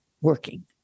working